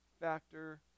factor